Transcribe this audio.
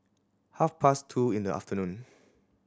half past two in the afternoon